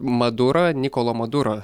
madurą nikolo madurą